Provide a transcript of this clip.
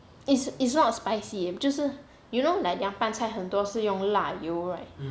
it's it's not spicy 就是 you know like 凉拌菜很多是用辣油 right